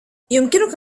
يمكنك